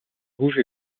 rouge